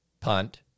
punt